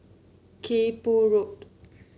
Kay Poh Road